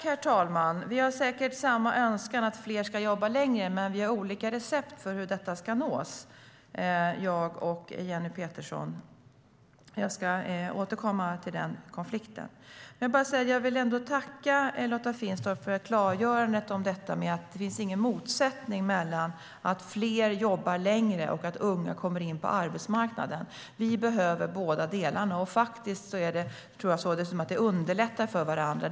Herr talman! Vi har säkert samma önskan om att fler ska jobba längre. Men Jenny Petersson och jag har olika recept för hur detta ska nås. Jag ska återkomma till den konflikten. Jag vill ändå tacka Lotta Finstorp för klargörandet om att det inte finns någon motsättning mellan att fler jobbar längre och att unga kommer in på arbetsmarknaden. Vi behöver båda delarna. De underlättar för varandra.